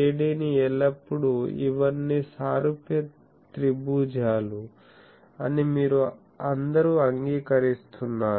AD ని ఎల్లప్పుడూ ఇవన్నీ సారూప్య త్రిభుజాలు అని మీరు అందరూ అంగీకరిస్తున్నారు